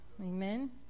Amen